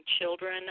children